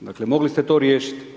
dakle, mogli ste to riješiti.